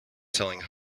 selling